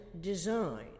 design